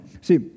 See